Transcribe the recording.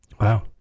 Wow